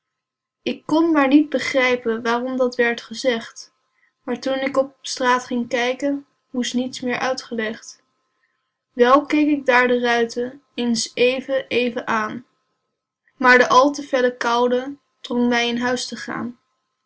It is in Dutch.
ik kon maar niet begrijpen waarom dat werd gezegd maar toen k op straat ging kijken moest niets meer uitgelegd wel keek ik daar de ruiten eens even even aan maar de al te felle koude drong mij in huis te gaan